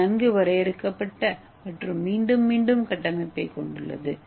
இது நன்கு வரையறுக்கப்பட்ட மற்றும் மீண்டும் மீண்டும் கட்டமைப்பைக் கொண்டுள்ளது